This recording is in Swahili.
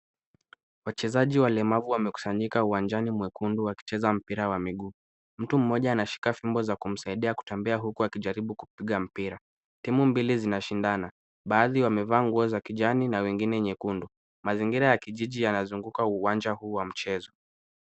Wachezaji walemavu wamekusanyika uwanjani mwekundu wakicheza mpira wa miguu. Mtu mmoja anashika fimbo za kumsaidia kutembea huku akijaribu kupiga mpira. Timu mbili zinashindana, baadhi wamevaa nguo za kijani na wengine nyekundu, mazingira ya kijiji yanazunguka uwanja huu wa mchezo.